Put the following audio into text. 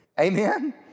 Amen